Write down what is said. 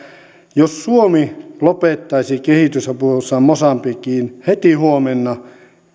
jos suomi lopettaisi kehitysapunsa mosambikiin heti huomenna